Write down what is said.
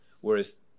Whereas